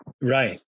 Right